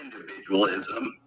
individualism